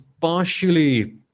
partially